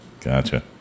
Gotcha